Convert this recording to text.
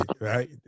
right